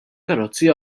karozzi